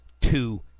two